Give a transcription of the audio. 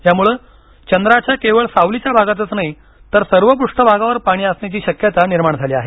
यामुळं चंद्राच्या केवळ सावलीच्या भागातच नाही तर सर्व पृष्ठभागावर पाणी असण्याची शक्यता निर्माण झाली आहे